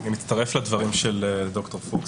אני מצטרף לדברים של ד"ר פוקס.